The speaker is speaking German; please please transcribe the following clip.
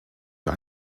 für